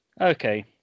Okay